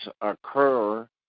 occur